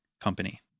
company